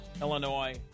Illinois